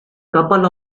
couple